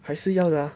还是要的 ah